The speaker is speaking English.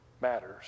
matters